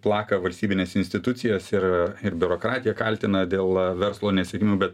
plaka valstybines institucijas ir ir biurokratiją kaltina dėl verslo nesėkmių bet